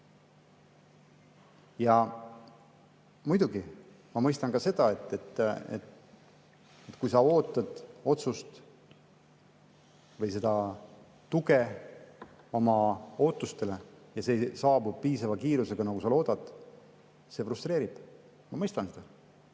Ja muidugi, ma mõistan ka seda, et kui sa ootad otsust või tuge oma ootustele ja see ei saabu piisava kiirusega, nagu sa loodad, siis see frustreerib. Ma mõistan seda.